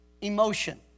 emotion